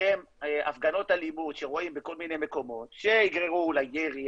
הפגנות אלימות שרואים בכל מיני מקומות שיגררו אולי ירי,